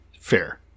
Fair